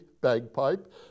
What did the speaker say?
bagpipe